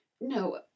No